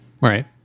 Right